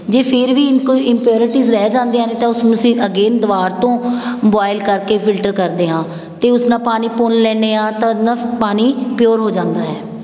ਜੇ ਫਿਰ ਵੀ ਇਨ ਕੋਈ ਇਮਪੇਰੀਟੀਜ਼ ਰਹਿ ਜਾਂਦੀਆਂ ਨੇ ਤਾਂ ਉਸ ਨੂੰ ਅਸੀਂ ਅਗੇਨ ਦੁਬਾਰਾ ਤੋਂ ਬੋਇਲ ਕਰਕੇ ਫਿਲਟਰ ਕਰਦੇ ਹਾਂ ਅਤੇ ਉਸ ਨਾਲ ਪਾਣੀ ਪੁਣ ਲੈਂਦੇ ਹਾਂ ਤਾਂ ਉਹਦੇ ਨਾਲ ਪਾਣੀ ਪਿਓਰ ਹੋ ਜਾਂਦਾ ਹੈ